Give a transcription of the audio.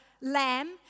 lamb